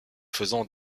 faisant